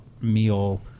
meal